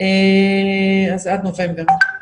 אז עד נובמבר.